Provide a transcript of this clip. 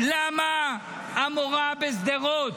למה המורה בשדרות,